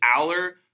Aller